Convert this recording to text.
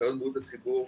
אחיות בריאות הציבור,